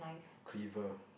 cleaver